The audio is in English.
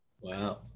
Wow